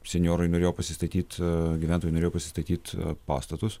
senjorai norėjo pasistatyt gyventojai norėjo pasistatyt pastatus